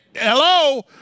hello